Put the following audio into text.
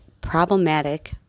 problematic